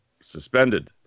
Suspended